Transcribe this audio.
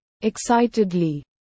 Excitedly